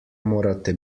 morate